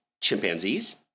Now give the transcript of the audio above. chimpanzees